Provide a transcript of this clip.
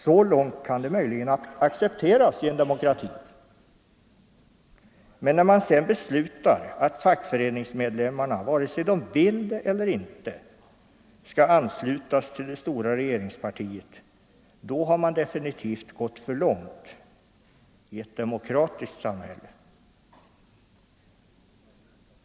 Så långt kan det möjligen accepteras i en demokrati. Men när man sedan beslutar att fackföreningsmedlemmarna, vare sig de vill det eller inte, skall anslutas till det stora regeringspartiet, då har man definitivt gått för långt i ett demokratiskt samhälle.